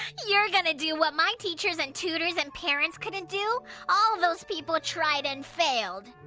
you're gonna do what my teachers and tutors and parents couldn't do? all those people tried and failed.